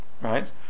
right